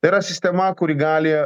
tai yra sistema kuri gali